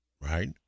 Right